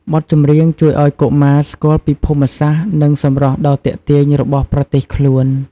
បទចម្រៀងជួយឲ្យកុមារស្គាល់ពីភូមិសាស្ត្រ និងសម្រស់ដ៏ទាក់ទាញរបស់ប្រទេសខ្លួន។